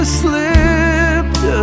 slipped